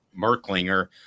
Merklinger